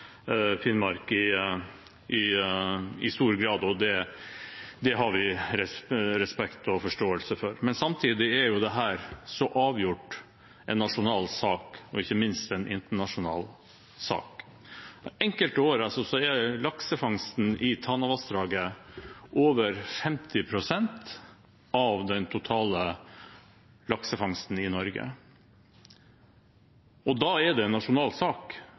Finnmark i stor grad. Det har vi respekt og forståelse for. Men samtidig er dette så avgjort en nasjonal sak – og ikke minst en internasjonal sak. Enkelte år er laksefangsten i Tanavassdraget over 50 pst. av den totale laksefangsten i Norge. Da er det en nasjonal sak,